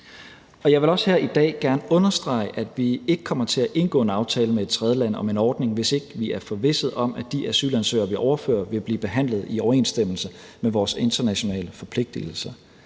Jeg vil også gerne her i dag understrege, at vi ikke kommer til at indgå en aftale med et tredjeland om en ordning, hvis ikke vi er forvisset om, at de asylansøgere, vi overfører, vil blive behandlet i overensstemmelse med vores internationale forpligtelser.